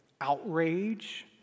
outrage